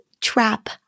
trap